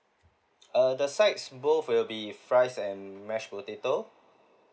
uh the sides both will be fries and mashed potato